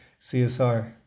CSR